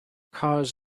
cars